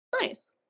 Nice